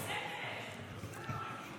שמעת?